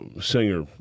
singer